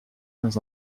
dans